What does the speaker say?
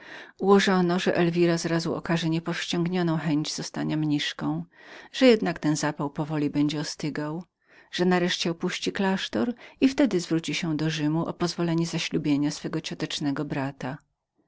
ułożono że elwira z razu okaże niepowściągnioną chęć zostania mniszką że jednak ten zapał powoli będzie ostygał że nareszcie opuści klasztor i wtedy udadzą się do rzymu prosząc o pozwolenie dla niej zaślubienia swego ciotecznego brata